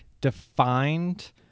defined